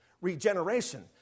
regeneration